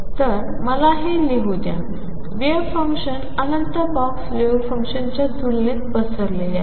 तर मला हे लिहू द्या वेव्ह फंक्शन अनंत बॉक्स वेव्ह फंक्शनच्या तुलनेत पसरलेले आहे